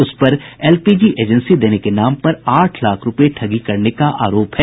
उस पर LPG agency देने के नाम पर आठ लाख रूपये ठगी करने का आरोप है